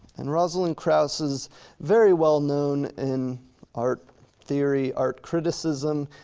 and rosalind krauss is very well known in art theory, art criticism.